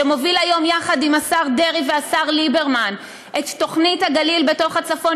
שמוביל היום יחד עם השר דרעי והשר ליברמן את תוכנית הגליל בתוך הצפון,